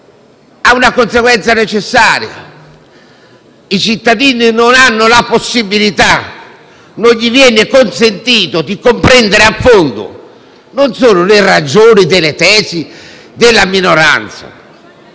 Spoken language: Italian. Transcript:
a una conseguenza necessaria: i cittadini non hanno la possibilità (perché non viene loro consentito) di comprendere a fondo non solo le ragioni delle tesi della minoranza,